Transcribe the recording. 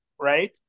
right